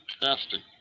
fantastic